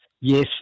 yes